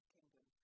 Kingdom